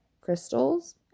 crystals